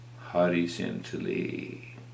horizontally